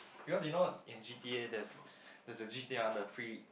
because you know in G_T_A there's there's a G_T_R on the free